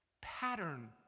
pattern